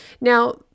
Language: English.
Now